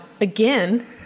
again